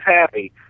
happy